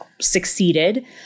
succeeded